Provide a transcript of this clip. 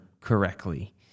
correctly